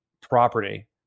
property